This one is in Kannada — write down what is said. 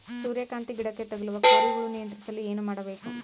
ಸೂರ್ಯಕಾಂತಿ ಗಿಡಕ್ಕೆ ತಗುಲುವ ಕೋರಿ ಹುಳು ನಿಯಂತ್ರಿಸಲು ಏನು ಮಾಡಬೇಕು?